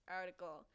article